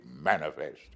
manifest